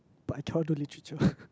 but I cannot do literature